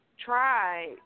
try